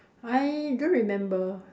I don't remember